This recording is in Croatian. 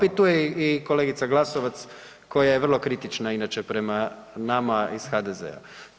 Evo tu je i kolegica Glasovac koja je vrlo kritična inače prema nama iz HDZ-a.